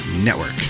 Network